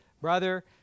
brother